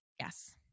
Yes